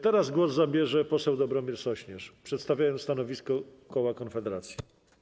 Teraz głos zabierze poseł Dobromir Sośnierz i przedstawi stanowisko koła Konfederacji.